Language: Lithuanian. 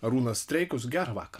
arūnas streikus gerą vakarą